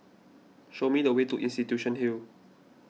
show me the way to Institution Hill